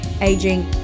aging